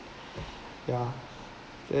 ya and then